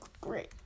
great